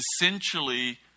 essentially